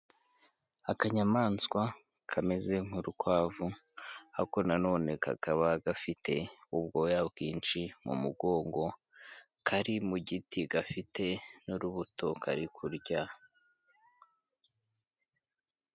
Akanyamaswa kameze nk'urukwavu ariko na none kakaba gafite ubwoya bwinshi mu mugongo, kari mu giti gafite n'urubuto kari kurya.